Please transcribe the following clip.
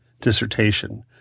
dissertation